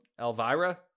Elvira